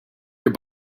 your